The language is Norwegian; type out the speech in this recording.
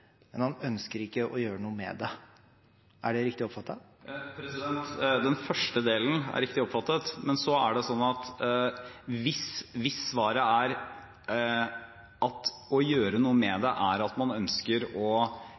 men han ønsker ikke å gjøre noe med det. Er det riktig oppfattet? Den første delen er riktig oppfattet. Men så er det slik at hvis det å gjøre noe med det, er at man i mye større grad enn i dag ønsker å